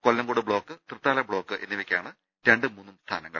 Kollengode block തൃത്താലബ്ലോക്ക് എന്നിവർക്കാണ് രണ്ടും മൂന്നും സ്ഥാനങ്ങൾ